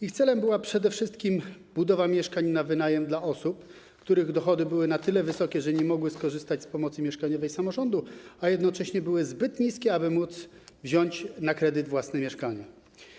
Ich celem była przede wszystkim budowa mieszkań na wynajem dla osób, których dochody były na tyle wysokie, że nie mogły skorzystać z pomocy mieszkaniowej samorządu, a jednocześnie były zbyt niskie, aby mogły one wziąć kredyt na własne mieszkanie.